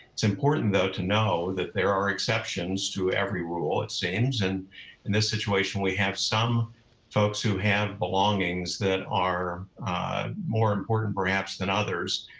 it's important though to know that there are exceptions to every rule it seems. and in this situation we have some folks who have belongings that are more important perhaps than others.